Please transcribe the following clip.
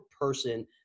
person